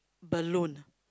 balloon